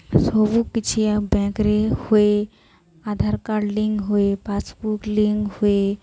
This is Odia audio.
ସବୁ କିଛି ଆ ବ୍ୟାଙ୍କରେ ହୁଏ ଆଧାର କାର୍ଡ଼ ଲିଙ୍କ ହୁଏ ପାସବୁକ୍ ଲିଙ୍କ ହୁଏ